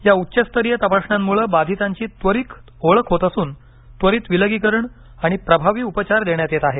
या उच्चस्तरीय तपासण्यामुळे बाधितांची त्वरित ओळख होत असून त्वरित विलगीकरण आणि प्रभावी उपचार देण्यात येत आहेत